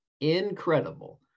incredible